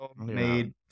made